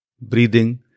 breathing